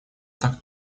так